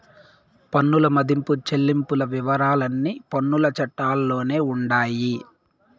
పన్నుల మదింపు చెల్లింపుల వివరాలన్నీ పన్నుల చట్టాల్లోనే ఉండాయి